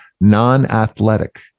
non-athletic